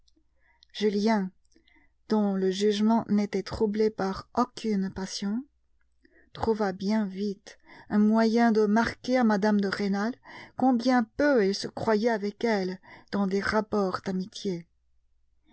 julien dont le jugement n'était troublé par aucune passion trouva bien vite un moyen de marquer à mme de rênal combien peu il se croyait avec elle dans des rapports d'amitié